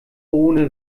ohne